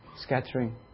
scattering